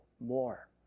more